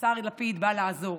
השר לפיד בא לעזור